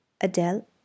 Adele